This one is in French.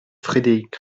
frédéric